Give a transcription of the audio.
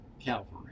Calvary